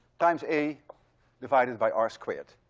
times a divided by r squared.